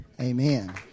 Amen